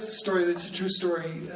story that's a true story,